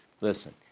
Listen